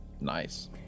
Nice